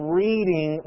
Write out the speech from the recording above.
reading